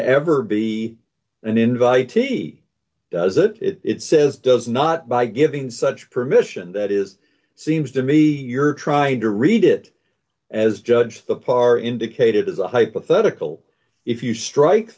ever be an invitee does it it says does not by giving such permission that is seems to me you're trying to read it as judge the parr indicated as a hypothetical if you strike